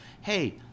Hey